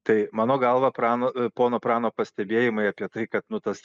tai mano galva prano pono prano pastebėjimai apie tai kad nu tas